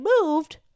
moved